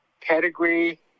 pedigree